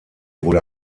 wurde